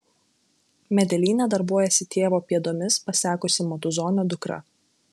medelyne darbuojasi tėvo pėdomis pasekusi matuzonio dukra